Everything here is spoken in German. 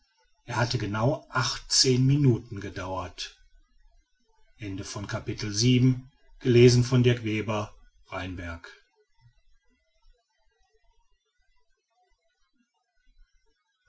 er hatte genau achtzehn minuten gedauert